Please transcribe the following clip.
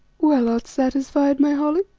well, art satisfied, my holly?